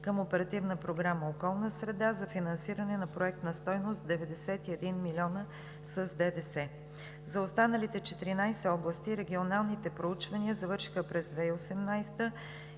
към Оперативна програма „Околна среда“ за финансиране на проект на стойност 91 млн. лв. с ДДС. За останалите 14 области регионалните проучвания завършиха през 2018